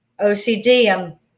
OCD